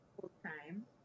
full-time